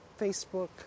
Facebook